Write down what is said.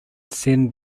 send